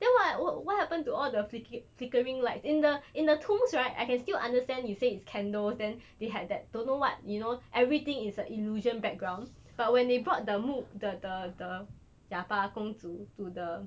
then what what what happened to all the flicking flickering lights in the in the tombs right I can still understand you say it's candles then they had that don't know what you know everything is a illusion background but when they brought the 木 the the the jia ba gong zhu to the